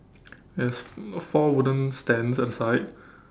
there's four wooden stands at the side